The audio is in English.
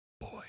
Boy